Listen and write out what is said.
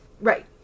Right